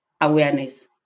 awareness